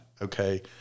okay